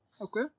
Okay